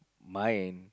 mine